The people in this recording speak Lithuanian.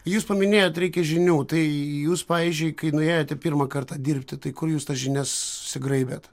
jūs paminėjot reikia žinių tai jūs pavyzdžiui kai nuėjote pirmą kartą dirbti tai kur jūs tas žinias susigraibėt